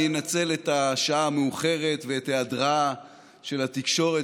אני אנצל את השעה המאוחרת ואת היעדרה של התקשורת